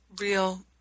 real